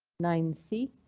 nine c.